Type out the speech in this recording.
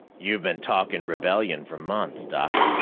you've been talking rebellion for months, doc.